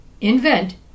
invent